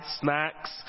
snacks